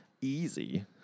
easy